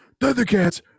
Thundercats